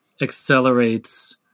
accelerates